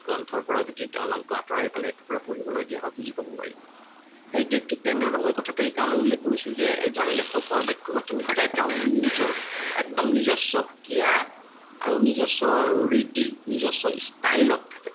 গ্ৰন্থৰ পৰা যদি তেওঁৰ নামটো আতঁৰাই পেলাই এটুকুৰা পঢ়িবলৈ দিয়া হয় বুজি পাব পাৰি সেই ঠিক তেনেদৰে মই কথাটো এই কাৰণেই উল্লেখ কৰিছোঁ যে এজন লেখকৰ বাক্য গাঁথনি সদায় তেওঁৰ নিজৰ একদম নিজস্ব সুকীয়া আৰু নিজস্ব ৰীতি নিজস্ব ষ্টাইলত থাকে